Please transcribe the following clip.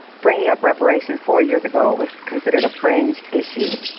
bringing up reparations four years ago was considered a fringe issue.